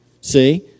see